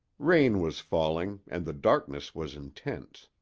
rain was falling, and the darkness was intense.